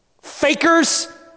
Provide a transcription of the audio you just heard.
Fakers